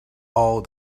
all